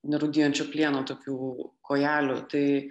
nerūdijančio plieno tokių kojelių tai